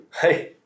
Hey